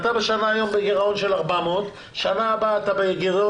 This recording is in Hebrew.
אתה היום בגירעון של 400 מיליון השנה,